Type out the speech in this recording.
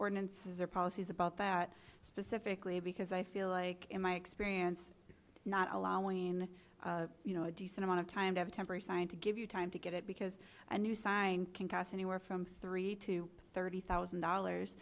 ordinances or policies about that specifically because i feel like in my experience not allowing you know a decent amount of time to have a temporary sign to give you time to get it because a new sign can cost anywhere from three to thirty thousand dollars